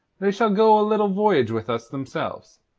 they shall go a little voyage with us, themselves.